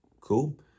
Cool